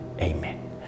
Amen